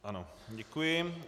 Ano, děkuji.